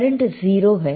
current 0 है